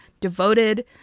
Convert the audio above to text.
devoted